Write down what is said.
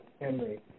Henry